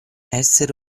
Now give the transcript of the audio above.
essere